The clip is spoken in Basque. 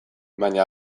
baina